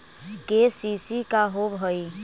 KCC का होव हइ?